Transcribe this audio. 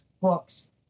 books